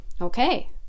okay